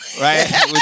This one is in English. Right